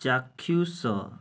ଚାକ୍ଷୁସ